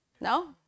No